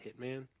Hitman